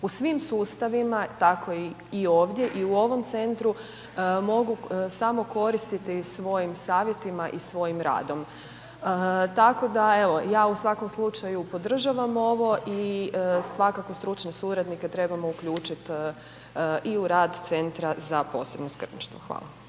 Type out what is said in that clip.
u svim sustavima, tako i ovdje i u ovom centru, mogu samo koristiti svojim savjetima i svojim radom. Tako da evo ja u svakom slučaju podržavam ovo i svakako stručne suradnike trebamo uključiti i u rad Centra za posebno skrbništvo. Hvala.